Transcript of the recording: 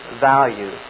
value